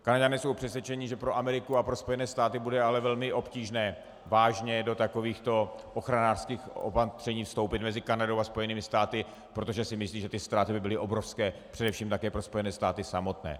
Kanaďané jsou přesvědčeni, že pro Ameriku a pro Spojené státy bude ale velmi obtížné vážně do takovýchto ochranářských opatření vstoupit mezi Kanadou a Spojenými státy, protože si myslí, že ty ztráty by byly obrovské, především také pro Spojené státy samotné.